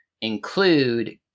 include